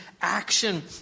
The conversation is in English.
action